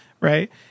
Right